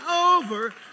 over